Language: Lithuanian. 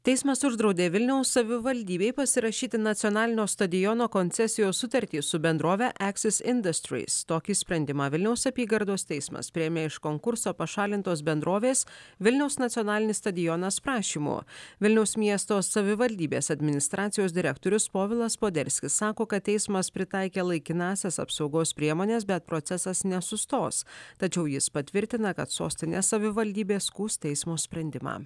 teismas uždraudė vilniaus savivaldybei pasirašyti nacionalinio stadiono koncesijos sutartį su bendrove eksis indastrieslaccess industrie tokį sprendimą vilniaus apygardos teismas priėmė iš konkurso pašalintos bendrovės vilniaus nacionalinis stadionas prašymu vilniaus miesto savivaldybės administracijos direktorius povilas poderskis sako kad teismas pritaikė laikinąsias apsaugos priemones bet procesas nesustos tačiau jis patvirtina kad sostinės savivaldybė skųs teismo sprendimą